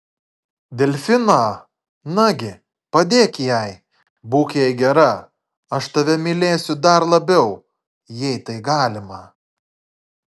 delfiną nagi padėk jai būk jai gera aš tave mylėsiu dar labiau jei tai galima